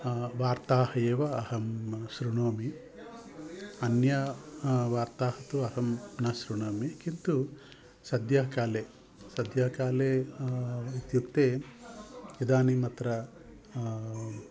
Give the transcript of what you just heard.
वार्ताः एव अहं शृणोमि अन्य वार्ताः तु अहं न शृणोमि किन्तु सद्यः काले सद्यः काले इत्युक्ते इदानीमत्र